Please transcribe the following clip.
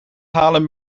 halen